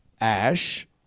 Ash